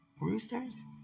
roosters